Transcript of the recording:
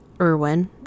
Irwin